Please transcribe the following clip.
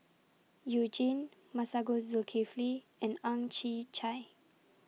YOU Jin Masagos Zulkifli and Ang Chwee Chai